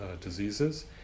diseases